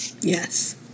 Yes